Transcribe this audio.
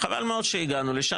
חבל מאוד שהגענו לשם.